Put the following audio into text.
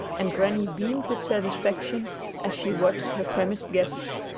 and granny beamed with satisfaction as she watched her famished guests.